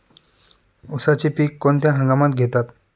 उसाचे पीक कोणत्या हंगामात घेतात?